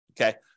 okay